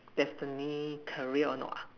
destiny career or not ah